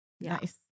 Nice